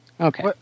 Okay